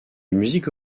musique